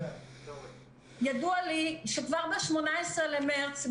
ידוע לי שכבר ב-18 במרץ,